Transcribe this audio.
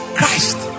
Christ